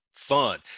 Fun